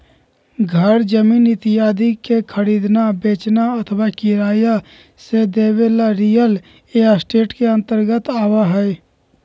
घर जमीन इत्यादि के खरीदना, बेचना अथवा किराया से देवे ला रियल एस्टेट के अंतर्गत आवा हई